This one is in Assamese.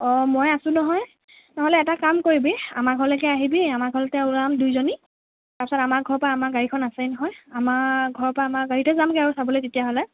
অঁ মই আছোঁ নহয় নহ'লে এটা কাম কৰিবি আমাৰ ঘৰলৈকে আহিবি আমাৰ ঘৰতে তেতিয়া ওলাম দুইজনী তাৰ পাছত আমাৰ ঘৰৰ পৰা আমাৰ গাড়ীখন আছেই নহয় আমাৰ ঘৰৰ পৰা আমাৰ গাড়ীতে যামগৈ আৰু চাবলৈ তেতিয়াহ'লে